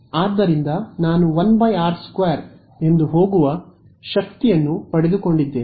ಆದ್ದರಿಂದ ನಾನು 1 r೨ ಎಂದು ಹೋಗುವ ಶಕ್ತಿಯನ್ನು ಪಡೆದುಕೊಂಡಿದ್ದೇನೆ